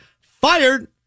fired